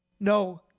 no,